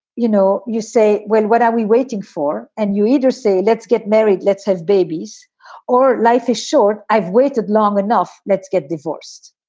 you know, you say, well, what are we waiting for? and you either say, let's get married, let's have babies or life is short. i've waited long enough, let's get divorced.